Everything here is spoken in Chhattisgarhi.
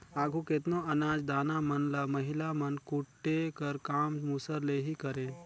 आघु केतनो अनाज दाना मन ल महिला मन कूटे कर काम मूसर ले ही करें